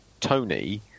tony